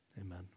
amen